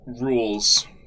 rules